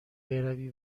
بروی